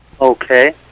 Okay